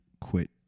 quit